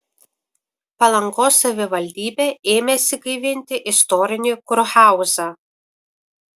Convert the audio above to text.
palangos savivaldybė ėmėsi gaivinti istorinį kurhauzą